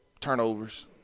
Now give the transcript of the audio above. turnovers